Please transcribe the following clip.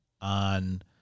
on